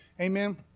Amen